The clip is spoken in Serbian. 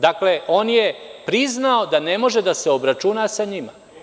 Dakle, on je priznao da ne može da se obračuna sa njima.